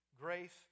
Grace